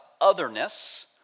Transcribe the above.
otherness